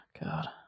God